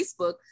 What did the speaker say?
Facebook